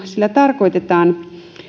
sillä tarkoitetaan